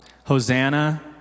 Hosanna